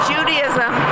Judaism